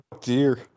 dear